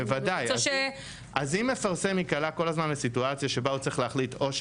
אז אם מפרסם ייקלע כול הזמן לסיטואציה שבה הוא צריך להחליט אם הוא